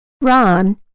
Ron